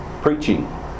preaching